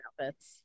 outfits